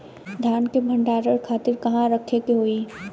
धान के भंडारन खातिर कहाँरखे के होई?